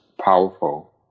powerful